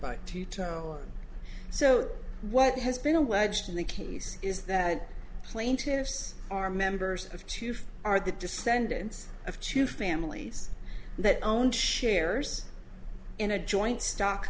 turn so what has been alleged in the case is that plaintiffs are members of two for are the descendants of two families that owned shares in a joint stock